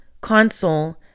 console